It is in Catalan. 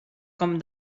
com